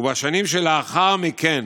ובשנים שלאחר מכן,